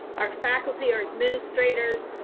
our faculty or administrators,